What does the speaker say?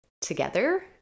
together